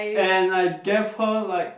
and I gave her like